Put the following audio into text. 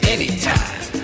Anytime